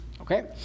Okay